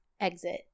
exit